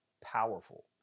powerful